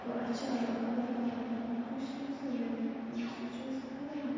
گوٚو اَسہِ چھِ اللہ تعالیٰ تہِ ناخۄش تٔمۍ سۭتۍ یعنی کہِ تٔمِس تہِ چھِ أسۍ خران